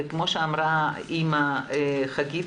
וכמו שאמרה האימא חגית,